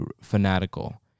fanatical